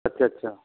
ਅੱਛਾ ਅੱਛਾ